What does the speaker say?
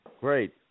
Great